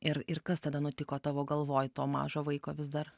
ir ir kas tada nutiko tavo galvoj to mažo vaiko vis dar